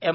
M